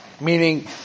Meaning